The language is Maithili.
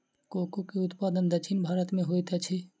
कोको के उत्पादन दक्षिण भारत में होइत अछि